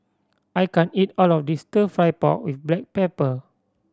I can't eat all of this Stir Fry pork with black pepper